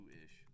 ish